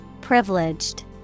Privileged